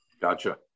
Gotcha